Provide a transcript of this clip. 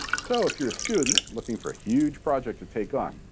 so if you're a student, looking for a huge project to take on,